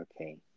okay